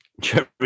Jerry